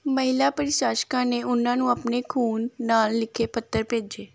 ਮਹਿਲਾ ਪ੍ਰਸ਼ਾਸਕਾਂ ਨੇ ਉਨ੍ਹਾਂ ਨੂੰ ਆਪਣੇ ਖੂਨ ਨਾਲ ਲਿਖੇ ਪੱਤਰ ਭੇਜੇ